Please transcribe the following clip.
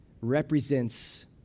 represents